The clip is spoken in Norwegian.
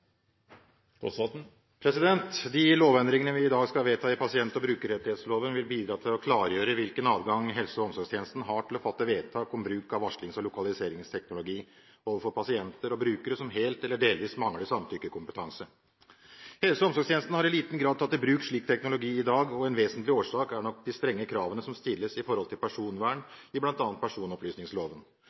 den fordelte taletid, får en taletid på inntil 3 minutter. – Det anses vedtatt. De lovendringene vi i dag skal vedta i pasient- og brukerrettighetsloven vil bidra til å klargjøre hvilken adgang helse- og omsorgstjenesten har til å fatte vedtak om bruk av varslings- og lokaliseringsteknologi overfor pasienter og brukere som helt eller delvis mangler samtykkekompetanse. Helse- og omsorgstjenestene har i liten grad tatt i bruk slik teknologi i dag, og en vesentlig årsak er nok de strenge kravene som stilles med hensyn til personvern i